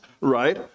right